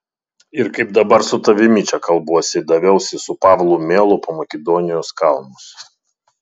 ir kaip dabar su tavimi čia kalbuosi daviausi su pavlu melu po makedonijos kalnus